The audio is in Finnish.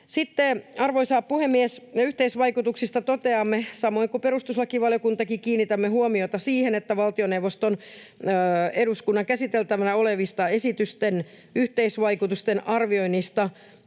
arvoisa puhemies, yhteisvaikutuksista toteamme: Samoin kuin perustuslakivaliokuntakin, kiinnitämme huomiota siihen, että valtioneuvoston eduskunnan käsiteltävänä olevista esitysten yhteisvaikutusten arvioinneista